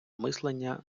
мислення